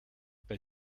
bei